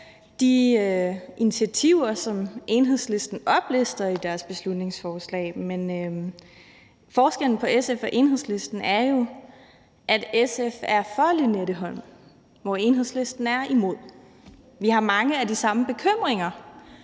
de initiativer, som Enhedslisten oplister i deres beslutningsforslag, men forskellen på SF og Enhedslisten er jo, at SF er for Lynetteholm, hvor Enhedslisten er imod. Vi har mange af de samme bekymringer,